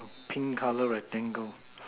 pink colour rectangle